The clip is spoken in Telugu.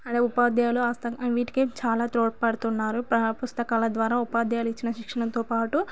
అక్కడ ఉపాధ్యాయులు ఆస్తా వీటికి చాలా తోడ్పడుతున్నారు ప పుస్తకాల ద్వారా ఉపాధ్యాయులు ఇచ్చిన శిక్షణతో పాటు